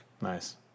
Nice